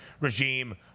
regime